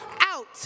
out